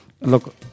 Look